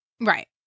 Right